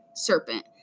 serpent